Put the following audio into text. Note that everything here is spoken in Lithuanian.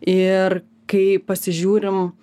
ir kai pasižiūrim